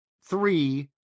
three